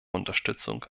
unterstützung